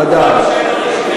המוכר שאינו רשמי,